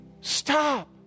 Stop